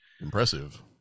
Impressive